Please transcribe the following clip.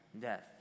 death